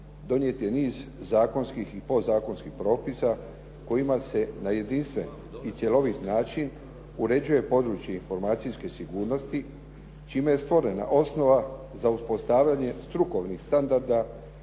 donijet je niz zakonskih i podzakonskih propisa kojima se na jedinstven i cjelovit način uređuje područje informacijske sigurnosti čime je stvorena osnova za uspostavljanje strukovnih standarda